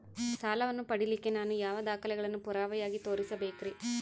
ಸಾಲವನ್ನು ಪಡಿಲಿಕ್ಕೆ ನಾನು ಯಾವ ದಾಖಲೆಗಳನ್ನು ಪುರಾವೆಯಾಗಿ ತೋರಿಸಬೇಕ್ರಿ?